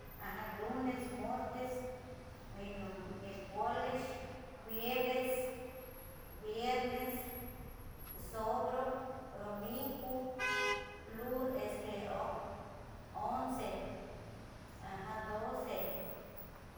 Quiemah cachi cuali cachi cuali ino, uno quichichiua nosouau, ino uxa manamaca ino mantieca, ca ino uxa mocuitia aceite ino pos noyehqui cuali pero amo, cachi cuali ino, ino manteca de de petzotl, cachi cuali tli, tli tli mochiua ca ino oc pia ocquipia senteh ocsente, ocsente sábor ino, ino manteca de petzotl ca ino ca ino uxa mocuitia aceite vegetal, amo, amo quisa amo quisa tzopielic, bielic ca cachi bielic ca ino uxu quiemah que monamaca ino que cuitia ino manteca eh de ino petzotl ocachi cuali.